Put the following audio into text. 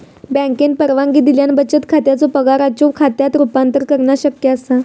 बँकेन परवानगी दिल्यास बचत खात्याचो पगाराच्यो खात्यात रूपांतर करणा शक्य असा